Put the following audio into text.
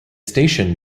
station